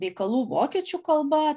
veikalų vokiečių kalba